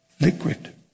liquid